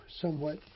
somewhat